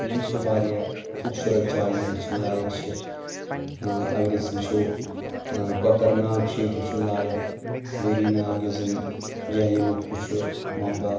یِم چھِ واریاہ خوٗبصوٗرت جایہِ یِم وٕچھن لایق چھِ اگر أسۍ وٕچھو کۄکر ناگ چھُ ییٚتہِ وٕچھُن لایق ویری ناگ یُس زن جہلِمُک ہُہ چھُ ممبا